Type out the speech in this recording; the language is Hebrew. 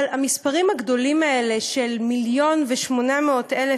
אבל המספרים הגדולים האלה של מיליון ו-800,000